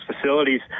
facilities